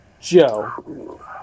Joe